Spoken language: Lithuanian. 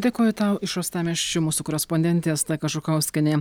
dėkoju tau iš uostamiesčio mūsų korespondentė asta kažukauskienė